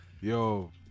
yo